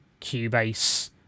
Cubase